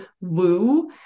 woo